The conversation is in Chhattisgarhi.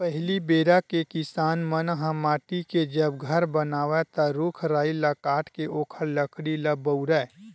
पहिली बेरा के किसान मन ह माटी के जब घर बनावय ता रूख राई ल काटके ओखर लकड़ी ल बउरय